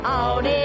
out